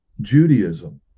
Judaism